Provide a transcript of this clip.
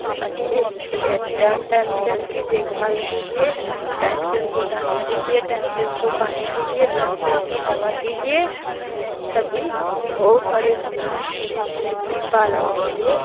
तो अच्छे अच्छे टाएम टाएम से उनकी देखभाल कीजिए टाएम से उनको दाना दीजिए टाएम से उनको पानी दीजिए टाएम से उनकी दवा कीजिए और तभी वह बड़े होंगे मुर्गी पालन के लिए